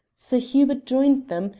sir hubert joined them,